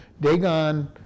Dagon